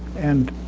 and